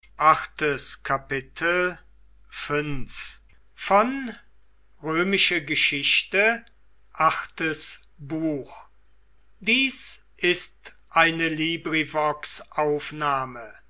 sind ist eine